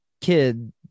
kid